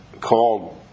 called